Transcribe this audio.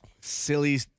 Silly